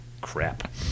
crap